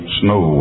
snow